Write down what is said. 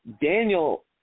Daniel